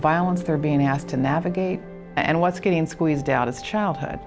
violence they're being asked to navigate and what's getting squeezed out is childhood